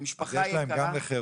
אז יש להם גם בחירום?